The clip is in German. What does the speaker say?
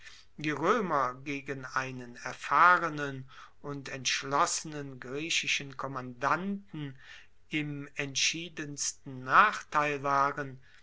die roemer gegen einen erfahrenen und entschlossenen griechischen kommandanten im entschiedensten nachteil waren